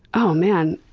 oh man,